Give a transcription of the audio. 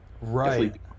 right